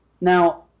Now